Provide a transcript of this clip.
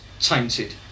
tainted